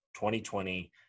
2020